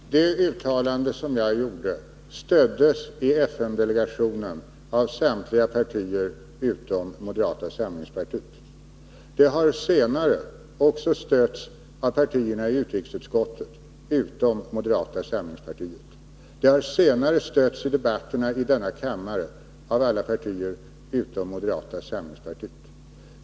Herr talman! Det uttalande som jag gjorde stöddes i FN-delegationen av samtliga partier utom moderata samlingspartiet. Det har senare stötts av partierna i utrikesutskottet utom moderata samlingspartiet. Det har senare också stötts i debatterna i denna kammare av alla partier utom moderata samlingspartiet.